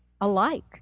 alike